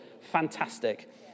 fantastic